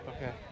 Okay